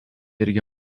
irgi